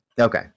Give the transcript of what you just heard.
Okay